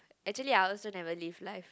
actually I also never live life